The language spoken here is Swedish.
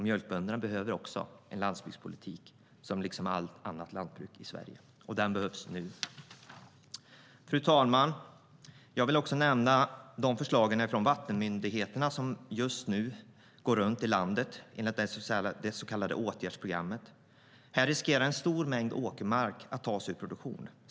Mjölkbönderna behöver också en landsbygdspolitik, och den behövs nu. Fru talman! Jag vill också nämna de förslag från Vattenmyndigheterna som just nu går runt i landet enligt det så kallade åtgärdsprogrammet. Risken är att en stor mängd åkermark tas ur produktion.